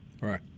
Right